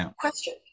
question